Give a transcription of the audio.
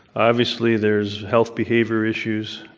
obviously there's health behavior issues,